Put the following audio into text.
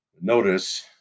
Notice